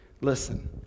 listen